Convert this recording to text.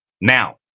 Now